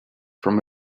from